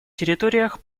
территориях